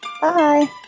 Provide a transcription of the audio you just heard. Bye